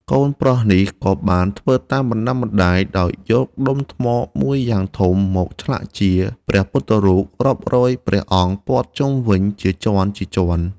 កូនប្រុសនេះក៏បានធ្វើតាមបណ្ដាំម្ដាយ ដោយយកដុំថ្មមួយយ៉ាងធំមកឆ្លាក់ជាព្រះពុទ្ធរូបរាប់រយអង្គព័ទ្ធជុំវិញជាជាន់ៗ។